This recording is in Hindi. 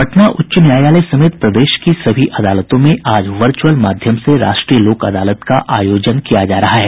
पटना उच्च न्यायालय समेत प्रदेश की सभी अदालतों में आज वर्चुअल माध्यम से राष्ट्रीय लोक अदालत का आयोजन किया जा रहा है